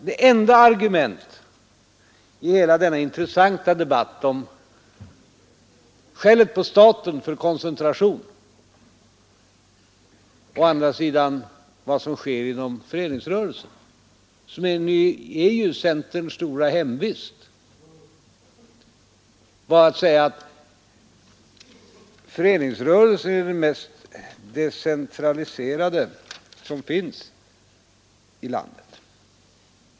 Det enda argumentet i hela denna intressanta debatt om skället på staten för koncentration och om vad som sker inom föreningsrörelsen, som ju är centerns stora hemvist, är att föreningsrörelsen är den mest decentraliserade ekonomiska verksamhet som förekommer i landet.